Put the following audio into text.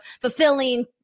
fulfilling